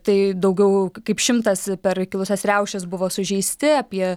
tai daugiau kaip šimtas per kilusias riaušes buvo sužeisti apie